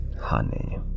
honey